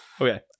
Okay